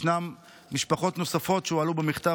ישנן משפחות נוספות שהועלו במכתב,